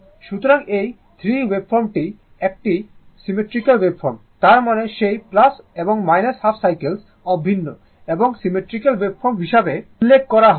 সুতরাং এই 3 ওয়েভফর্মটি একটি সিমেট্রিক্যাল ওয়েভফর্ম তার মানে সেই এবং হাফ সাইক্লেস অভিন্ন এবং সিমেট্রিক্যাল ওয়েভফর্ম হিসাবে উল্লেখ করা হয়